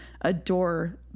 adore